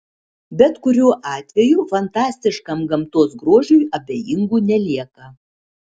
bet kuriuo atveju fantastiškam gamtos grožiui abejingų nelieka